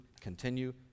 continue